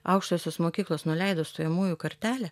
aukštosios mokyklos nuleido stojamųjų kartelę